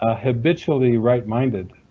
ah habitually right-minded.